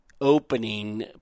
opening